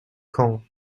camp